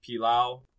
pilau